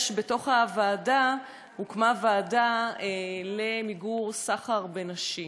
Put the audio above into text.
בתוך הוועדה הוקמה ועדה למיגור סחר בנשים,